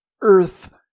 earth